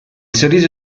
sorriso